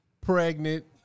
Pregnant